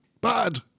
bad